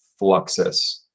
Fluxus